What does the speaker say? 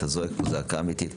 אתה זועק פה זעקה אמיתית,